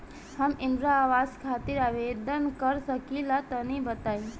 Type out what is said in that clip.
हम इंद्रा आवास खातिर आवेदन कर सकिला तनि बताई?